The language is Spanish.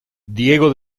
diego